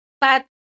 Pat